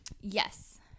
yes